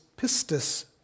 pistis